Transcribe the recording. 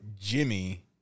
Jimmy